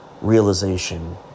realization